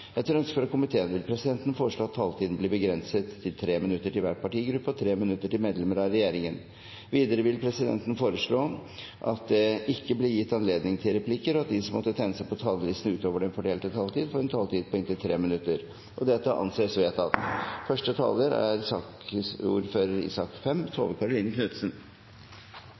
Etter ønske fra helse- og omsorgskomiteen vil presidenten foreslå at taletiden blir begrenset til 3 minutter til hver partigruppe og 3 minutter til medlemmer av regjeringen. Videre vil presidenten foreslå at det ikke blir gitt anledning til replikker, og at de som måtte tegne seg på talerlisten utover den fordelte taletid, får en taletid på inntil 3 minutter. – Det anses vedtatt. I